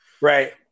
Right